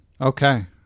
okay